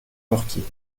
porquier